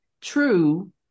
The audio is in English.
true